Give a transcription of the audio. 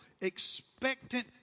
expectant